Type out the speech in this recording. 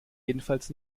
jedenfalls